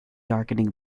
darkening